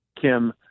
Kim